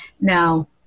now